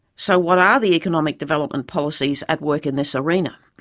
so what are the economic development policies at work in this arena?